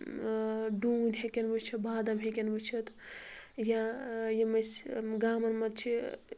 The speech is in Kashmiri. ڈوٗنۍ ہیٚکن وُچھتھ بادَم ہیٚکن وُچھتھ یا یِم اَسہِ گامَن منٛز چھِ